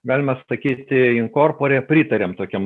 galima sakyti inkorpore pritariam tokiem